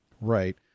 Right